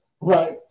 right